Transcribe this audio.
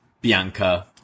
Bianca